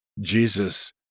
Jesus